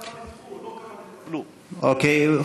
כמה נדחו, לא כמה נתקבלו.